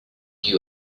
you